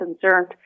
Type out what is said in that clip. concerned